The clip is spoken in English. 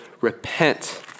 repent